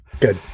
Good